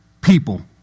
people